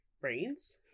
brains